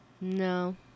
No